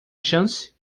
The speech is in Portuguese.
chance